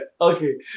okay